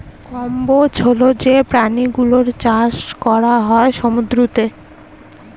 কম্বোজ হল যে প্রাণী গুলোর চাষ করা হয় সমুদ্রতে